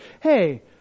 hey